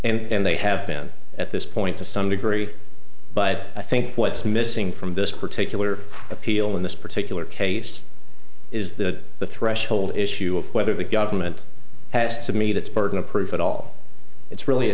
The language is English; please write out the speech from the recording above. and they have been at this point to some degree but i think what's missing from this particular appeal in this particular case is that the threshold issue of whether the government has to meet its burden of proof at all it's really a